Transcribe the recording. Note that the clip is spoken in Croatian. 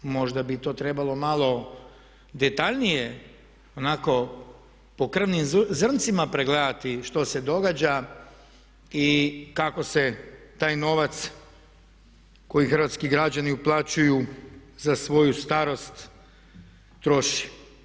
Možda bi to trebalo malo detaljnije onako po krvnim zrncima pregledati što se događa i kako se taj novac koji hrvatski građani uplaćuju za svoju starost troši.